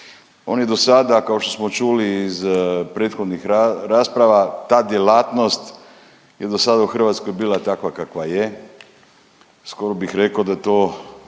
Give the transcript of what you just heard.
On je do sada, kao što smo čuli iz prethodnih rasprava, ta djelatnost je do sad u Hrvatskoj bila takva kakva je, skoro bih rekao da je